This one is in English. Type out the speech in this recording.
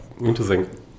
Interesting